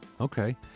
okay